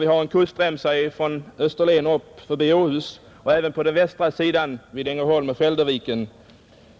Vi har en kustremsa från Österlen och upp förbi Åhus, och även på den västra sidan vid Ängelholm och Skälderviken,